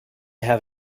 have